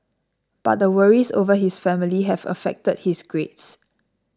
but the worries over his family have affected his grades